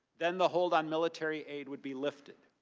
then the hold on military aid will be lifted.